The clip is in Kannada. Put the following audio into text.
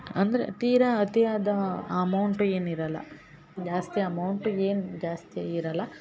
ಅಂದರೆ ತೀರ ಅತಿಯಾದ ಅಮೌಂಟು ಏನು ಇರಲ್ಲ ಜಾಸ್ತಿ ಅಮೌಂಟು ಏನು ಜಾಸ್ತಿ ಇರಲ್ಲ